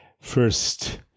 first